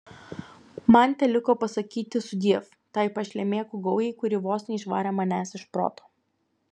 man teliko pasakyti sudiev tai pašlemėkų gaujai kuri vos neišvarė manęs iš proto